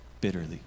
bitterly